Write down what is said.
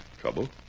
Trouble